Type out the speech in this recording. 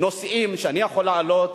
נושאים שאני יכול להעלות